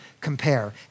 compare